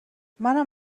منم